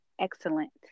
excellent